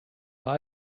bei